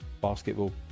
basketball